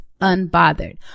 unbothered